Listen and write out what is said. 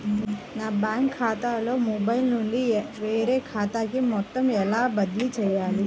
నా బ్యాంక్ ఖాతాలో మొబైల్ నుండి వేరే ఖాతాకి మొత్తం ఎలా బదిలీ చేయాలి?